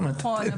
נכון,